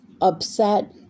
upset